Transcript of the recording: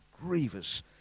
grievous